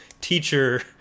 teacher